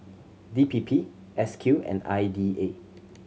D P P S Q and I D A